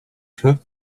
took